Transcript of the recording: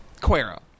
Quero